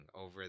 over